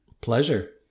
Pleasure